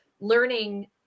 learning